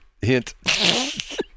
Hint